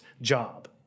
job